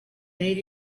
made